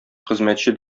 хезмәтче